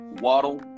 Waddle